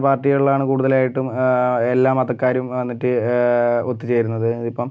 പാർട്ടികളുടെ ആണ് കൂടുതലായിട്ടും എല്ലാ മതക്കാരും വന്നിട്ട് ഒത്തുചേരുന്നത് ഇപ്പം